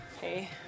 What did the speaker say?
hey